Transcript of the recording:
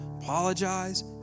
Apologize